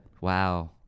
Wow